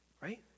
Right